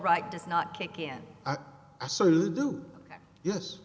right does not kick in i certainly do yes